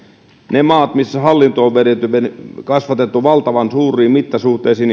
osa niistä maista missä hallinto on kasvatettu valtavan suuriin mittasuhteisiin